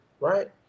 right